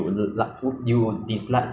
so I I dislike people that eat